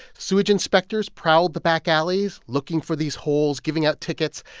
sewage inspectors prowl the back alleys looking for these holes, giving out tickets.